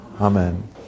Amen